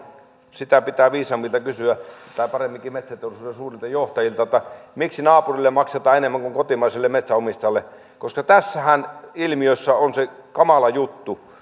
sitä pitää viisaammilta kysyä tai paremminkin metsäteollisuuden suurilta johtajilta että miksi naapurille maksetaan enemmän kuin kotimaiselle metsänomistajalle koska tässähän ilmiössä on se kamala juttu